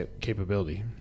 capability